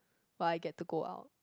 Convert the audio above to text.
while I get to go out